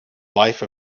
life